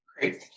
Great